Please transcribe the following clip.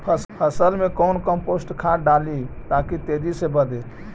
फसल मे कौन कम्पोस्ट खाद डाली ताकि तेजी से बदे?